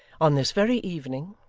on this very evening,